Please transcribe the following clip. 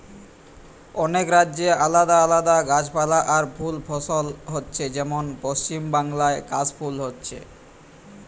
অনেক রাজ্যে আলাদা আলাদা গাছপালা আর ফুল ফসল হচ্ছে যেমন পশ্চিমবাংলায় কাশ ফুল হচ্ছে